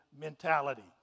mentality